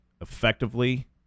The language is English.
effectively